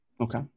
Okay